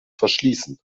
verschließen